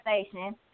station